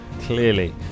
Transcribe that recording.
Clearly